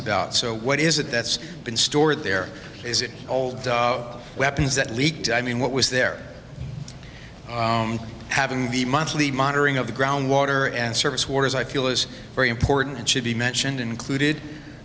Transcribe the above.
about so what is it that's been stored there is it all weapons that leaked i mean what was their having the monthly monitoring of the ground water and surface waters i feel is very important and should be mentioned included